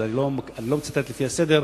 אני לא מצטט לפי הסדר,